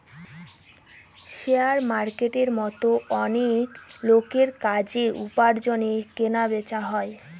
share মার্কেটের মতো অনেক লোকের কাজের, উপার্জনের কেনা বেচা হয়